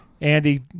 Andy